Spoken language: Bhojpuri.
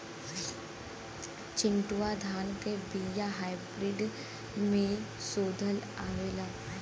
चिन्टूवा धान क बिया हाइब्रिड में शोधल आवेला?